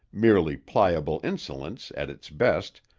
merely pliable insolence, at its best,